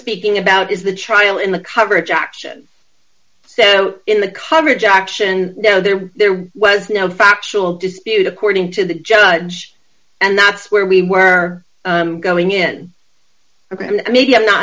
speaking about is the trial in the coverage action so in the coverage action no there there was no factual dispute according to the judge and that's where we were going in ok and maybe i'm not